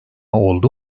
oldu